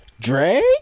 Drake